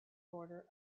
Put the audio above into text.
border